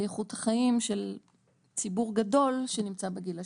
באיכות החיים של ציבור גדול שנמצא בגיל השלישי.